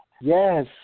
Yes